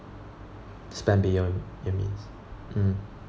spend beyond your means mm